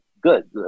good